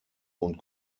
und